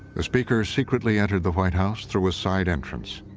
the speaker secretly entered the white house through a side entrance.